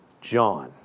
John